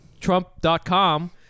Trump.com